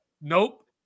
Nope